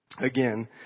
again